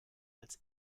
als